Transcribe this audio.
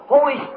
Holy